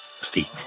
Steve